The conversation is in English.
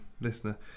listener